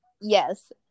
yes